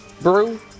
Brew